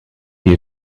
you